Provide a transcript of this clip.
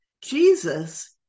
Jesus